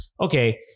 okay